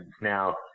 Now